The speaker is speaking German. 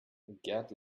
gerd